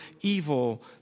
evil